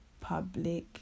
public